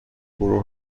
گروه